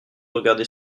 regarder